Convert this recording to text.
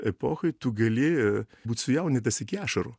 epochoj tu gali būt sujaudintas iki ašarų